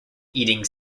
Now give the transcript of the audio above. eating